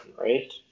right